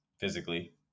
Physically